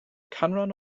canran